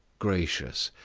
gracious,